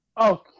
Okay